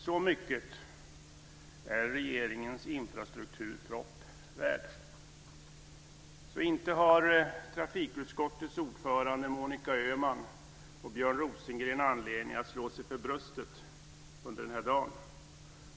Så mycket är regeringens infrastrukturproposition värd. Så inte har trafikutskottets ordförande Monica Öhman och Björn Rosengren anledning att slå sig för bröstet i dag.